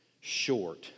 short